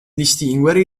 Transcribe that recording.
distinguere